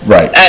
Right